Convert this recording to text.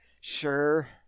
Sure